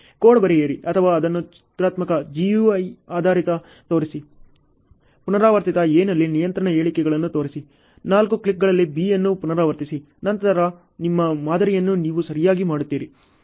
code ಬರೆಯಿರಿ ಅಥವಾ ಅದನ್ನು ಚಿತ್ರಾತ್ಮಕ GUI ಆಧಾರಿತದಲ್ಲಿ ತೋರಿಸಿ ಪುನರಾವರ್ತಿತ A ನಲ್ಲಿ ನಿಯಂತ್ರಣ ಹೇಳಿಕೆಗಳನ್ನು ತೋರಿಸಿ ನಾಲ್ಕು ಕ್ಲಿಕ್ಗಳಲ್ಲಿ B ಅನ್ನು ಪುನರಾವರ್ತಿಸಿ ನಂತರ ನಿಮ್ಮ ಮಾದರಿಯನ್ನು ನೀವು ಸರಿಯಾಗಿ ಮಾಡುತ್ತೀರಿ